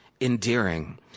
endearing